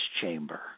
chamber